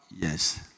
Yes